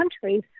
countries